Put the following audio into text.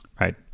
Right